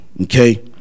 okay